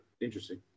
interesting